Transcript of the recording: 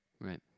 Right